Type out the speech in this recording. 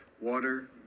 water